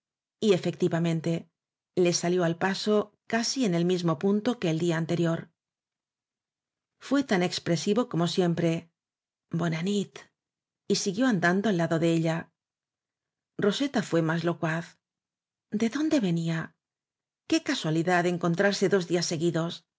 efectivamente le salió al paso casi en el mismo punto que el día anterior fué tan expresivo como siempre bóna nit y siguió andando al lado de ella roseta fué más locuaz de dónde venía qué casualidad encontrarse dos días seguidos